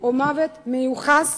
או מוות מיוחס